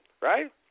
Right